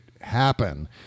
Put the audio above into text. happen